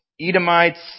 Edomites